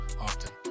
often